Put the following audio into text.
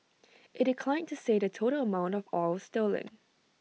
IT declined to say the total amount of oil stolen